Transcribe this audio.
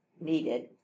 needed